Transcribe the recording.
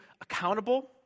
accountable